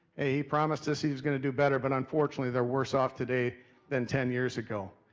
he promised us he was gonna do better. but unfortunately they're worse off today than ten years ago.